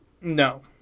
No